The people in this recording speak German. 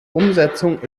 umsetzung